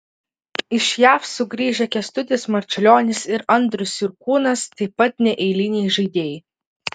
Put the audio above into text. iš jav sugrįžę kęstutis marčiulionis ir andrius jurkūnas taip pat neeiliniai žaidėjai